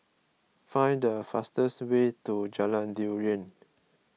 find the fastest way to Jalan Durian